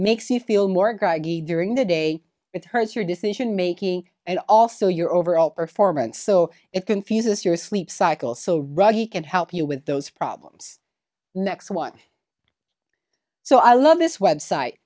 makes you feel more groggy during the day it hurts your decision making and also your overall performance so it confuses your sleep cycle so ruddy can help you with those problems next one so i love this website